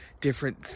different